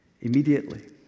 immediately